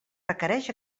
requereix